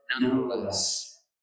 nonetheless